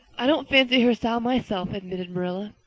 i don't fancy her style myself, admitted marilla,